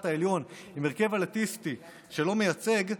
העליון עם הרכב אליטיסטי שלא מייצג,